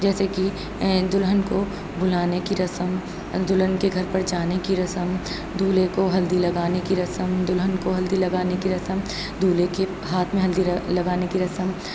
جیسے کہ دلہن کو بلانے کی رسم دلہن کے گھر پر جانے کی رسم دولہے کو ہلدی لگانے کی رسم دلہن کو ہلدی لگانے کی رسم دولہے کے ہاتھ میں ہلدی لگانے کی رسم